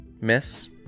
Miss